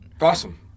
Awesome